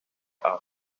asked